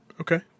Okay